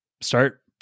start